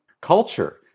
culture